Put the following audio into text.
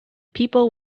people